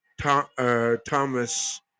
Thomas